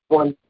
one